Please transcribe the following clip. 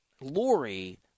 Lori